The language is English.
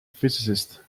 physicist